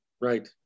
Right